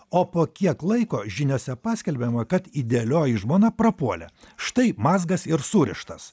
o po kiek laiko žiniose paskelbiama kad idealioji žmona prapuolė štai mazgas ir surištas